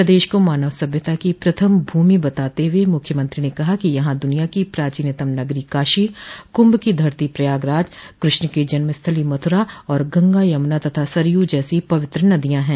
प्रदेश को मानव सभ्यता की प्रथम भूमि बताते हुए मुख्यमंत्री ने कहा कि यहां दुनिया की प्राचीनतम नगरी काशी कुंभ की धरती प्रयागराज कृष्ण की जन्मस्थली मथुरा और गंगा यमुना तथा सरयू जैसी पवित्र नदियां है